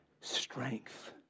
strength